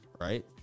right